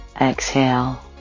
exhale